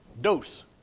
Dos